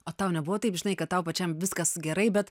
o tau nebuvo taip žinai kad tau pačiam viskas gerai bet